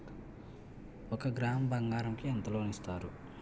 ఒక గ్రాము బంగారం కి ఎంత లోన్ ఇస్తారు?